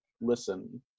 listen